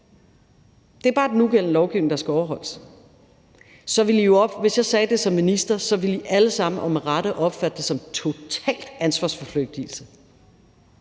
det er bare den nugældende lovgivning, der skal overholdes – ville alle sammen og med rette opfatte det som total ansvarsforflygtigelse.